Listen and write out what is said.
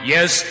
Yes